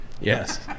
Yes